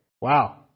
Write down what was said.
Wow